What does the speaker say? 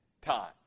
time